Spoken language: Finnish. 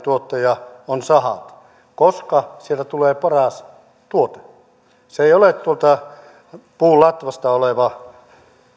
aineentuottaja on saha koska sieltä tulee paras tuote se ei ole puun latvasta oleva